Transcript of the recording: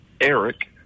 Eric